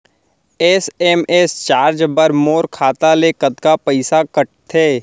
SMS charge बर मोर खाता ले कतका पइसा कटथे?